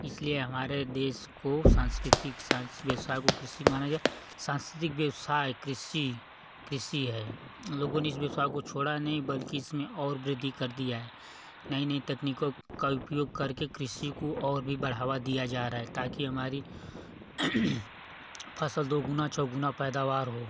इसलिए हमारे देश को सांस्कृतिक सांस व्यवसाय को कृषि माना गया सांस्कृतिक व्यवसाय कृषि कृषि है लोगों ने इस व्यवसाय को छोड़ा नहीं बल्कि इसमें और वृद्धि कर दिया है नई नई तकनीकों का उपयोग करके कृषि को और भी बढ़ावा दिया जा रहा है ताकि हमारी फसल दो गुना चौ गुना पैदावार हो